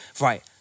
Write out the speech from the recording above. right